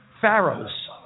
Pharaohs